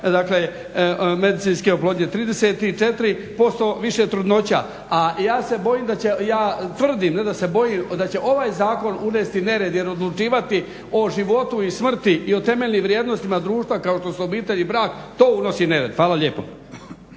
medicinske oplodnje, 34% više trudnoća. A ja se bojim, ja tvrdim, ne da se bojim da će ovaj zakon unesti nered, jer odlučivati o životu, i smrti i o temeljnim vrijednostima društva kao što su obitelj u brak. To unosi nered. Hvala lijepa.